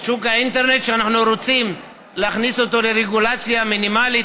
שאנחנו רוצים להכניס אותו לרגולציה מינימלית,